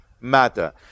matter